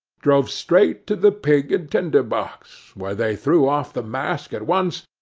drove straight to the pig and tinder-box, where they threw off the mask at once,